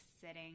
sitting